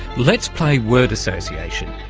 let's play word association.